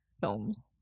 films